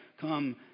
come